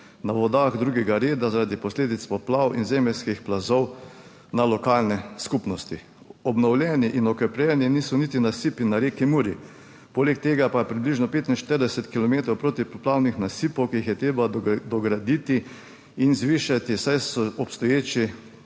na vodah drugega reda, zaradi posledic poplav in zemeljskih plazov na lokalne skupnosti, obnovljeni in okrepljeni niso niti nasipi na reki Muri, poleg tega pa je približno 45 kilometrov protipoplavnih nasipov, ki jih je treba dograditi in zvišati, saj so obstoječi